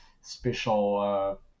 special